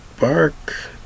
Bark